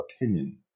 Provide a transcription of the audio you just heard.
opinion